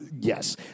Yes